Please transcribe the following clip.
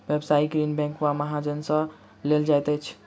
व्यवसायिक ऋण बैंक वा महाजन सॅ लेल जाइत अछि